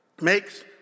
makes